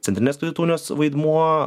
centrinės kredito unijos vaidmuo